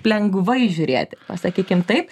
lengvai žiūrėti pasakykim taip